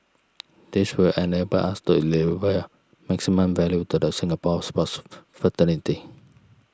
this will enable us to deliver maximum value to the Singapore sports fraternity